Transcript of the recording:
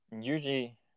usually